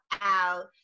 out